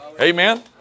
Amen